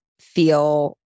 feel